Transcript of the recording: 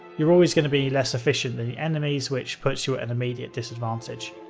you're always going to be less efficient than the enemies which puts you at an immediate disadvantage.